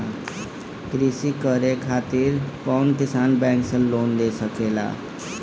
कृषी करे खातिर कउन किसान बैंक से लोन ले सकेला?